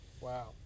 Wow